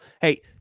Hey